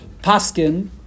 Paskin